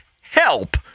help